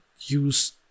use